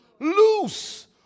loose